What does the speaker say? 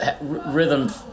rhythm